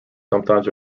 sometimes